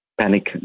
panic